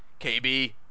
KB